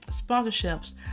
sponsorships